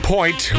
Point